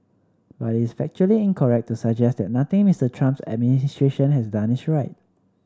but it is factually incorrect to suggest that nothing Mister Trump's administration has done is right